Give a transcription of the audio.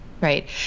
Right